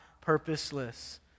purposeless